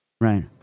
Right